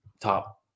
top